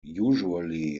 usually